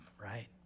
right